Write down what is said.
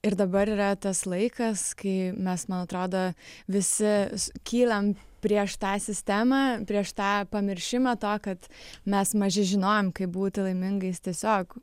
ir dabar yra tas laikas kai mes man atrodo visi kylam prieš tą sistemą prieš tą pamiršimą to kad mes maži žinojom kaip būti laimingais tiesiog